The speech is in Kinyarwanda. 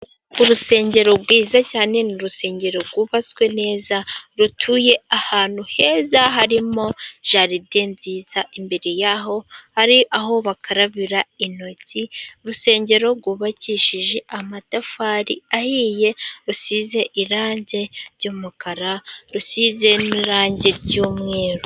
Urusengero rwiza cyane, ni urusengero rwubatswe neza. Rutuye ahantu heza harimo jaride nziza, imbere yaho ari aho bakarabira intoki. Urusengero rwubakishije amatafari ahiye, rusize irangi ry'umukara, rusize n' irangi ry'umweru.